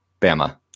Bama